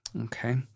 Okay